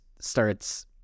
starts